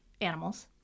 animals